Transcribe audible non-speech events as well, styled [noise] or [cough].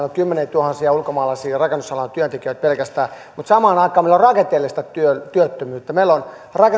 [unintelligible] on kymmeniätuhansia ulkomaalaisia rakennusalan työntekijöitä pelkästään mutta samaan aikaan meillä on rakenteellista työttömyyttä meillä on